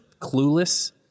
Clueless